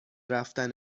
رفتن